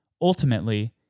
Ultimately